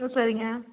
ம் சரிங்க